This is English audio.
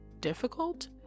difficult